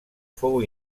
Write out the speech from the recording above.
fou